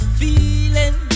feeling